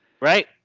Right